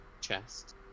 chest